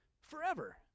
forever